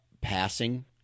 passing